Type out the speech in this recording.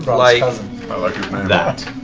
like that.